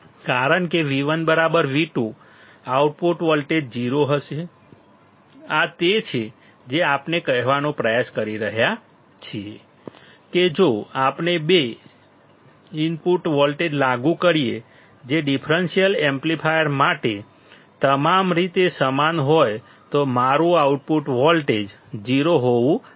કારણ કે V1V2 output voltage 0 હશે આ તે છે જે આપણે કહેવાનો પ્રયાસ કરી રહ્યા છીએ કે જો આપણે બે ઇનપુટ વોલ્ટેજ લાગુ કરીએ જે ડિફરન્સીયલ એમ્પ્લીફાયર માટે તમામ રીતે સમાન હોય તો મારું આઉટપુટ વોલ્ટેજ 0 હોવું આવશ્યક છે